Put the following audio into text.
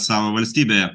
savo valstybėje